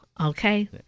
Okay